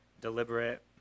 deliberate